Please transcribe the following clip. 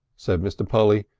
said mr. polly,